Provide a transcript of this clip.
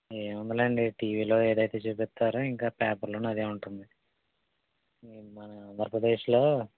ఏముందిలెండి టీవీలో ఏదైతే చూపిస్తారో ఇంకా పేపర్లోను అదే ఉంటుంది మన ఆంధ్రప్రదేశ్లో